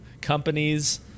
companies